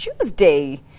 Tuesday